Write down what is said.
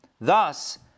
Thus